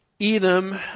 Edom